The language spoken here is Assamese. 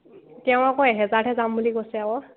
তেওঁ আকৌ এহেজাৰহে যাম বুলি কৈছে